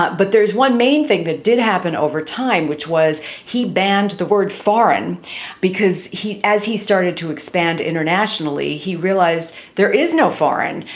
but but there's one main thing that did happen over time, which was he banned the word foreign because he as he started to expand internationally, he realized there is no foreign.